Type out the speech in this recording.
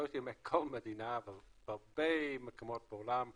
בהרבה מקומות בעולם גילו,